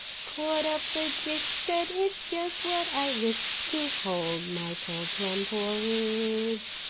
caught up the dish, said, it's just what i wish to hold my cold plum-porridge!